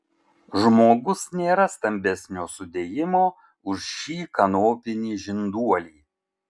žmogus nėra stambesnio sudėjimo už šį kanopinį žinduolį